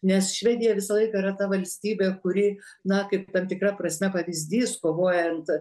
nes švedija visą laiką yra ta valstybė kuri na kaip tam tikra prasme pavyzdys kovojant